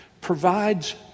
provides